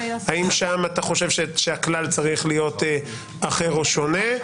האם שם אתה חושב שהכלל צריך להיות אחר או שונה?